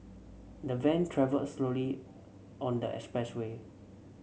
the van travelled slowly on the expressway